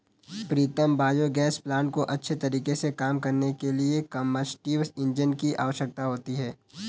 प्रीतम biogas plant को अच्छे तरीके से काम करने के लिए कंबस्टिव इंजन की आवश्यकता होती है